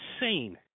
insane